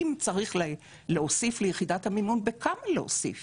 אם צריך להוסיף ליחידת המימון, בכמה להוסיף